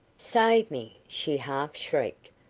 save me! she half shrieked,